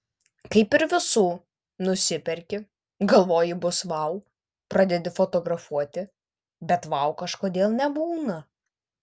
kaip ir visų nusiperki galvoji bus vau pradedi fotografuoti bet vau kažkodėl nebūna